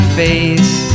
face